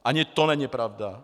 Ani to není pravda.